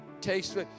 taste